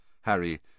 Harry